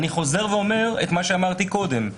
אני חוזר ואומר את מה שאמרתי קודם: